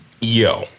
Yo